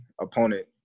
opponent